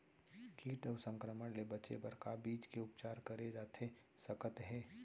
किट अऊ संक्रमण ले बचे बर का बीज के उपचार करे जाथे सकत हे?